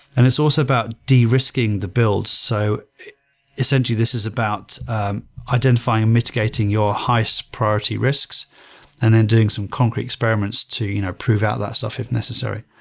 and it's also about de-risking the build. so essentially, this is about identifying and mitigating your highest priority risks and then doing some concrete experiments to you know prove out that stuff if necessary.